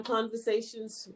Conversations